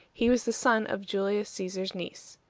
he was the son of julius caesar's niece.